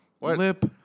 Lip